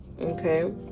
Okay